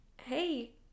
Hey